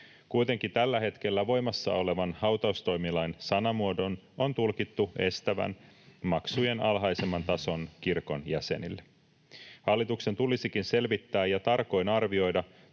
Kuitenkin tällä hetkellä voimassa olevan hautaustoimilain sanamuodon on tulkittu estävän maksujen alhaisemman tason kirkon jäsenille. Hallituksen tulisikin selvittää ja tarkoin arvioida,